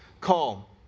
call